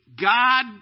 God